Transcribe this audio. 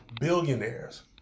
billionaires